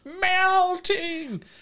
Melting